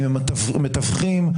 עם המתווכים,